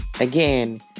again